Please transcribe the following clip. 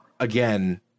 Again